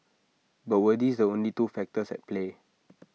but were these the only two factors at play